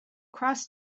cross